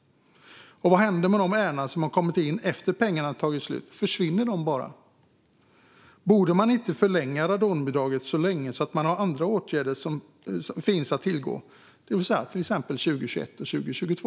Och vad händer med de ärenden som har kommit in efter att pengarna har tagit slut? Försvinner de bara? Borde man inte förlänga radonbidraget så länge att det finns andra åtgärder att tillgå, det vill säga från 2021 till 2022?